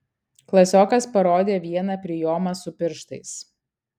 klasiokas parodė vieną prijomą su pirštais